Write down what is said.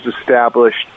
established